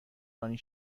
رانی